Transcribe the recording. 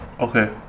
Okay